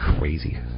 crazy